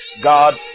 God